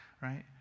right